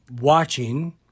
watching